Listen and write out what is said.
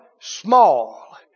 small